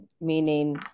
meaning –